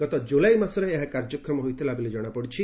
ଗତ ଜୁଲାଇ ମାସରେ ଏହା କାର୍ଯ୍ୟକ୍ଷମ ହୋଇଥିଲା ବୋଲି ଜଶାପଡ଼ିଛି